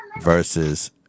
versus